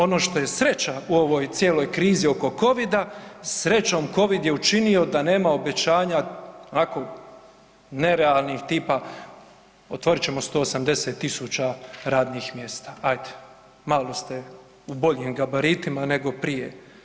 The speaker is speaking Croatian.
Ono što je sreća u ovoj cijeloj krizi oko covida srećom covid je učinio da nema obećanja onako nerealnih tipa otvorit ćemo 180 000 radnih mjesta, ajde malo ste u boljim gabaritima nego prije.